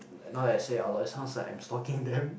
now that you say it sounds like I'm stalking them